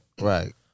Right